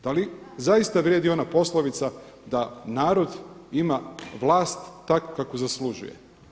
Da li zaista vrijedi ona poslovica da narod ima vlast takvu kakvu zaslužuje?